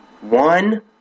One